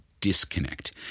disconnect